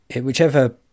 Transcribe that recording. whichever